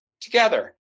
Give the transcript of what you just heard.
together